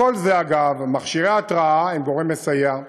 וכל זה, אגב, מכשירי התרעה הם גורם מסייע.